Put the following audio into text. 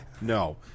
no